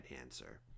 answer